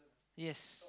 yes